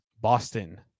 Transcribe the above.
Boston